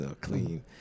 clean